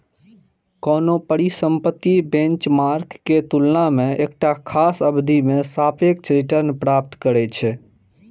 कोनो परिसंपत्ति बेंचमार्क के तुलना मे एकटा खास अवधि मे सापेक्ष रिटर्न प्राप्त करै छै